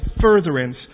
furtherance